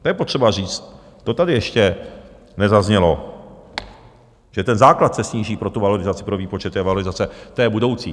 To je potřeba říct, to tady ještě nezaznělo, že ten základ se sníží pro tu valorizaci, pro výpočet té valorizace, té budoucí.